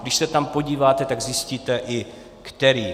Když se tam podíváte, tak zjistíte i kterým.